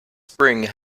spring